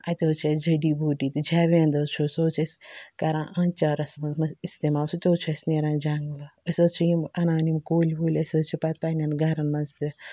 اَتہِ حظ چھِ اَسہِ جٔڈی بوٗٹی تہِ جھاوینٛد حظ چھُ سُہ حظ چھُ أسۍ کَران آنٛچارَس منٛز استعمال سُہ تہِ حظ چھِ اَسہِ نیران جنٛگلہٕ أسۍ حظ چھِ یِم اَنان یِم کُلۍ وُلۍ أسۍ حظ چھِ پَتہٕ پنٛنٮ۪ن گَرَن منٛز تہِ